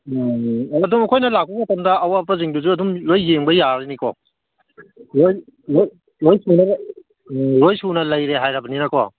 ꯑꯗꯨꯝ ꯑꯩꯈꯣꯏꯅ ꯂꯥꯛꯄ ꯃꯇꯝꯗ ꯑꯋꯥꯠꯄꯁꯤꯡꯗꯨꯁꯨ ꯑꯗꯨꯝ ꯂꯣꯏ ꯌꯦꯡꯕ ꯌꯥꯔꯅꯤꯀꯣ ꯂꯣꯏ ꯂꯣꯏ ꯂꯣꯏ ꯁꯨꯅꯕ ꯎꯝ ꯂꯣꯏ ꯁꯨꯅ ꯂꯩꯔꯦ ꯍꯥꯏꯔꯕꯅꯤꯅꯀꯣ